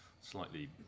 slightly